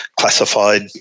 classified